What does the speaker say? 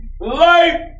life